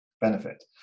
benefit